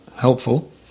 helpful